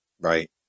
Right